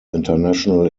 international